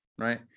Right